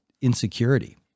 insecurity